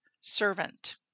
servant